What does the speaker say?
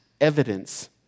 evidence